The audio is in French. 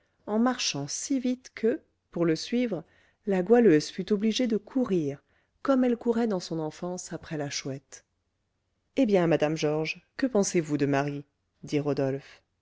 en marchant si vite que pour le suivre la goualeuse fut obligée de courir comme elle courait dans son enfance après la chouette eh bien madame georges que pensez-vous de marie dit rodolphe